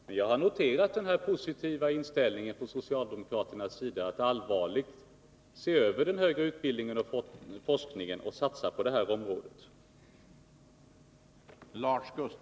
Jag har dock noterat den positiva inställningen från socialdemokraternas sida att nu allvarligt se över den högre utbildningen och forskningen och satsa på det området.